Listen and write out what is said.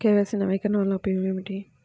KYC నవీకరణ వలన ఉపయోగం ఏమిటీ?